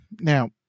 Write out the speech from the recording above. Now